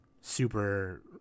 super